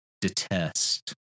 detest